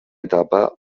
etapa